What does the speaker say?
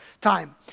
time